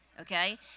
okay